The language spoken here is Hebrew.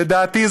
לדעתי,